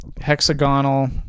hexagonal